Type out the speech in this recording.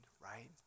right